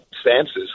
stances